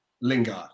Lingard